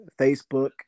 Facebook